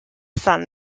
son